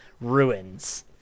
ruins